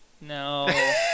No